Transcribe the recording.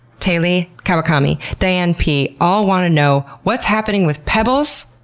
taylie kawakami, dianne p, all want to know what's happening with pebbles?